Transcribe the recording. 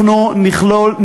אנחנו נכלול,